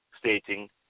stating